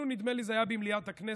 ונדמה לי אפילו שזה היה במליאת הכנסת,